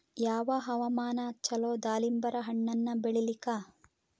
ಯಾವ ಹವಾಮಾನ ಚಲೋ ದಾಲಿಂಬರ ಹಣ್ಣನ್ನ ಬೆಳಿಲಿಕ?